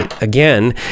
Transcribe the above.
Again